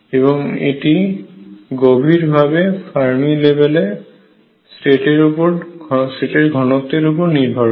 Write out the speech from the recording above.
এবং এটি গভীরভাবে ফার্মি লেভেলে স্টেটের ঘনত্বের উপর নির্ভর করে